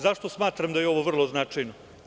Zašto smatram da je ovo vrlo značajno?